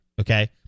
okay